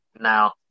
Now